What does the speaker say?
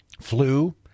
flu